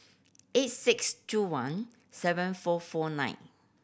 eight six two one seven four four nine